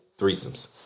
threesomes